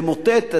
למוטט,